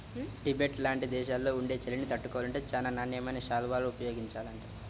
Tibet లాంటి దేశాల్లో ఉండే చలిని తట్టుకోవాలంటే చానా నాణ్యమైన శాల్వాలను ఉపయోగించాలంట